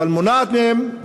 אבל מונעת מהם,